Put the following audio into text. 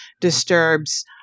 disturbs